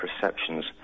perceptions